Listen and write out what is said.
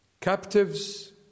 Captives